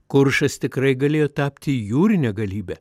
kuršas tikrai galėjo tapti jūrine galybe